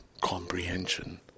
comprehension